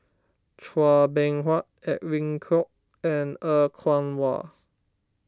Chua Beng Huat Edwin Koek and Er Kwong Wah